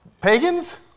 pagans